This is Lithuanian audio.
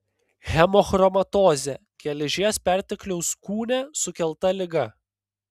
hemochromatozė geležies pertekliaus kūne sukelta liga